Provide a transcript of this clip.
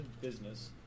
business